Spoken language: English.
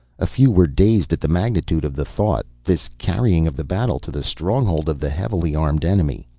a few were dazed at the magnitude of the thought, this carrying of the battle to the stronghold of the heavily armed enemy.